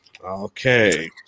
Okay